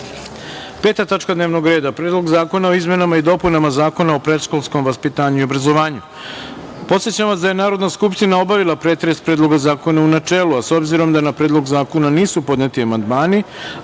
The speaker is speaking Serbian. tačka dnevnog reda – Predlog zakona o izmenama i dopunama Zakona o predškolskom vaspitanju i obrazovanju. Podsećam vas da je Narodna skupština obavila pretres Predloga zakona u načelu, a s obzirom da je na Predlog zakona nisu podneti amandmani